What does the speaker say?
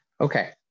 Okay